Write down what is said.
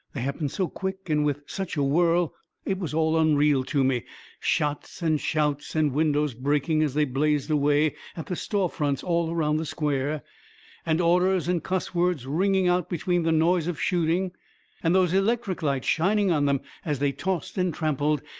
they happened so quick and with such a whirl it was all unreal to me shots and shouts, and windows breaking as they blazed away at the store fronts all around the square and orders and cuss-words ringing out between the noise of shooting and those electric lights shining on them as they tossed and trampled,